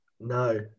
No